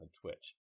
twitch